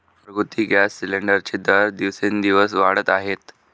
घरगुती गॅस सिलिंडरचे दर दिवसेंदिवस वाढत आहेत